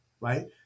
right